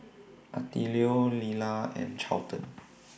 Attilio Lelah and Charlton